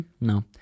no